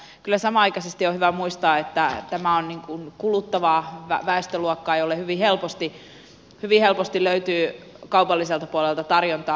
mutta kyllä samanaikaisesti on hyvä muistaa että tämä on kuluttavaa väestöluokkaa jolle hyvin helposti löytyy kaupalliselta puolelta tarjontaa